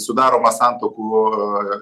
sudaroma santuokų